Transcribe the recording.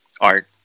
Art